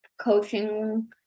coaching